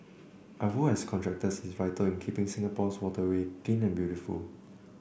our role as contractors is vital in keeping Singapore's waterway clean and beautiful